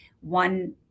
one